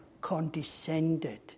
condescended